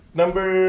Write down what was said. number